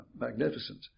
magnificent